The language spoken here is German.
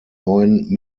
neuen